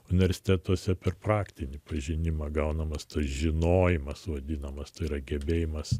universitetuose per praktinį pažinimą gaunamas tas žinojimas vadinamas tai yra gebėjimas